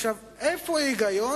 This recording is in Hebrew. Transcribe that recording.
עכשיו, איפה ההיגיון